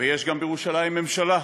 ויש בירושלים גם ממשלה.